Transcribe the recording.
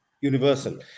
universal